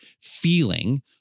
feeling